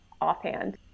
offhand